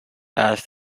asked